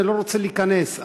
אני לא רוצה להיכנס,